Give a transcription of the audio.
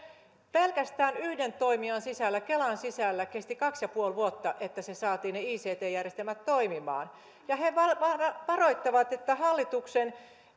pelkästään sen yhden toimijan sisällä kelan sisällä kesti kaksi pilkku viisi vuotta että ne ict järjestelmät saatiin toimimaan ja he varoittavat että hallituksen